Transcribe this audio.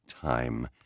time